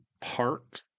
Park